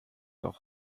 auch